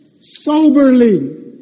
soberly